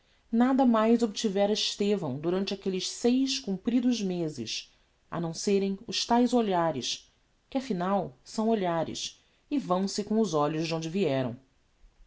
nada mais obtivera estevão durante aquelles seis compridos mezes a não serem os taes olhares que afinal são olhares e vão-se com os olhos donde vieram